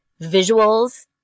visuals